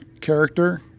character